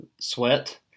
sweat